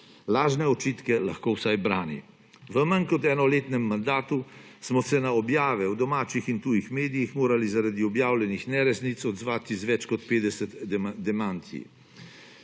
lažne očitke lahko vsaj brani. V manj kot enoletnem mandatu smo se na objave v domačih in tujih medijih morali zaradi objavljenih neresnic odzvati z več kot 50 demanti,